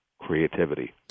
creativity